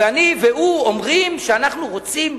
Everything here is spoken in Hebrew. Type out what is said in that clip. ואני והוא אומרים שאנחנו רוצים,